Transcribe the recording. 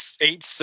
eight